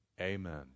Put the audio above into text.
amen